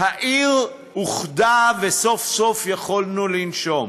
העיר אוחדה וסוף-סוף יכולנו לנשום.